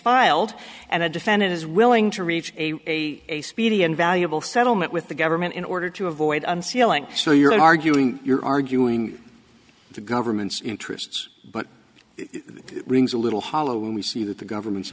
filed and a defendant is willing to reach a speedy and valuable settlement with the government in order to avoid unsealing so you're arguing you're arguing the government's interests but it rings a little hollow when we see that the government's